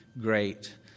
great